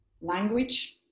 language